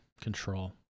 control